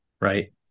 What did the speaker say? right